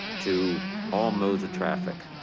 to all modes of traffic.